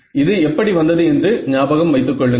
இது எப்படி வந்தது என்று ஞாபகம் வைத்து கொள்ளுங்கள்